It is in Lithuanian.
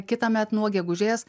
kitąmet nuo gegužės